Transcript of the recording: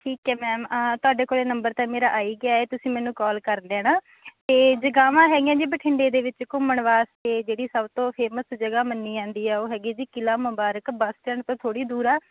ਠੀਕ ਹੈ ਮੈਮ ਤੁਹਾਡੇ ਕੋਲ ਨੰਬਰ ਤਾਂ ਮੇਰਾ ਆ ਹੀ ਗਿਆ ਤੁਸੀਂ ਮੈਨੂੰ ਕਾਲ ਕਰ ਦੇਣਾ ਅਤੇ ਜਗ੍ਹਾਵਾਂ ਹੈਗੀਆਂ ਜੀ ਬਠਿੰਡੇ ਦੇ ਵਿੱਚ ਘੁੰਮਣ ਵਾਸਤੇ ਜਿਹੜੀ ਸਭ ਤੋਂ ਫੇਮਸ ਜਗ੍ਹਾ ਮੰਨੀ ਜਾਂਦੀ ਹੈ ਉਹ ਹੈਗੀ ਜੀ ਕਿਲ੍ਹਾ ਮੁਬਾਰਕ ਬੱਸ ਸਟੈਂਡ ਤੋਂ ਥੋੜ੍ਹੀ ਦੂਰ ਆ